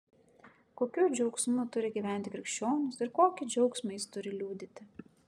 kokiu džiaugsmu turi gyventi krikščionis ir kokį džiaugsmą jis turi liudyti